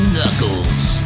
Knuckles